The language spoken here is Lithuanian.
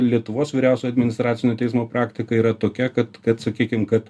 lietuvos vyriausiojo administracinio teismo praktika yra tokia kad kad sakykim kad